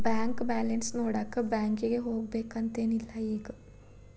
bank balance ನೋಡಾಕ ಬ್ಯಾಂಕಿಗೆ ಹೋಗ್ಬೇಕಂತೆನ್ ಇಲ್ಲ ಈಗ